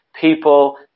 People